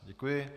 Děkuji.